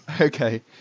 Okay